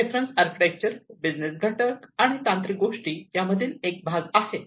हे reference architecture business घटक आणि तांत्रिक गोष्टी मधील एक भाग आहेत